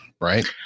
right